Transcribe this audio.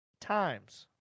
times